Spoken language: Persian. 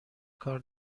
کار